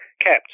kept